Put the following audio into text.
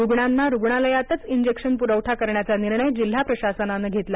रुग्णांना रुग्णालयातच इंजेक्शन पुरवठा करण्याचा निर्णय जिल्हा प्रशासनाने घेतला